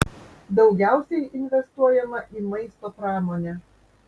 daugiausiai investuojama į maisto pramonę